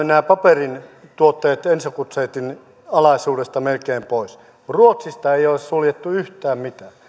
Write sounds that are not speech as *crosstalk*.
*unintelligible* nämä paperin tuotteet enso gutzeitin alaisuudesta melkein pois ruotsista ei ole suljettu yhtään mitään